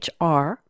HR